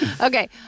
okay